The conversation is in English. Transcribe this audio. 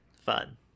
Fun